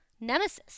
nemesis